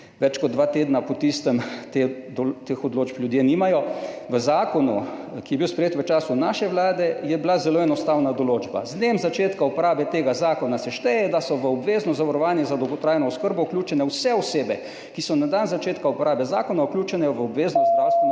Več kot dva tedna po tistem teh odločb ljudje nimajo. V zakonu, ki je bil sprejet v času naše vlade, je bila zelo enostavna določba, z dnem začetka uporabe tega zakona se šteje, da so v obvezno zavarovanje za dolgotrajno oskrbo vključene vse osebe, ki so na dan začetka uporabe zakona vključene v obvezno zdravstveno